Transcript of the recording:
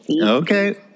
okay